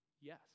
Yes